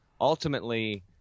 ultimately